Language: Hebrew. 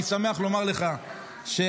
אני שמח לומר לך שהפרויקטור,